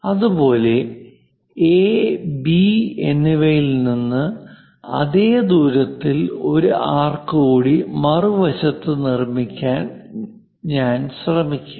അതുപോലെ A B A B എന്നിവയിൽ നിന്ന് അതേ ദൂരത്തിൽ ഒരു ആർക്ക് കൂടി മറുവശത്ത് നിർമ്മിക്കാൻ ഞാൻ ശ്രമിക്കും